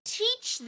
teach